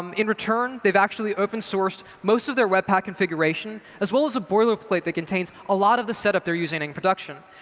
um in return, they've actually open sourced most of their webpack configuration, as well as a boilerplate that contains a lot of the set up they're using in production.